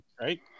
Right